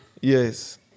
Yes